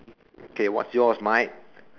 K what's yours mate